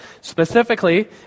Specifically